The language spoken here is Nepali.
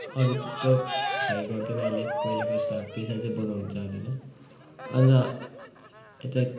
अरू त्यस्तो स्थायी गर्दैन अहिले पहिलाको जस्तो पैसा चाहिँ बनाउन चाहँदैन अहिले त यतै